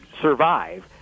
survive